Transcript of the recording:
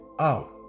out